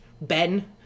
Ben